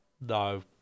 no